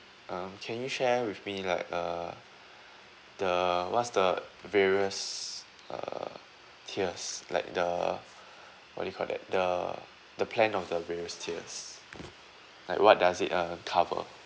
uh can you share with me like uh the what's the various err tiers like the what you call that the the plan of the various tiers like what does it uh cover